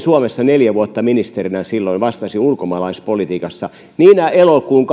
suomessa neljä vuotta ministerinä silloin vastasin ulkomaalaispolitiikasta elokuun